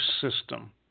system